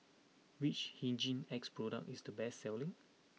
which Hygin X product is the best selling